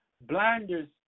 blinders